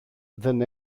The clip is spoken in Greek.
δεν